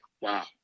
Wow